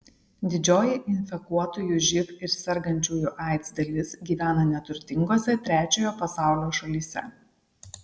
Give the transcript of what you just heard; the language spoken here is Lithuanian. didžioji infekuotųjų živ ir sergančiųjų aids dalis gyvena neturtingose trečiojo pasaulio šalyse